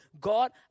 God